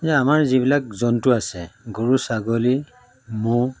এ আমাৰ যিবিলাক জন্তু আছে গৰু ছাগলী মৌ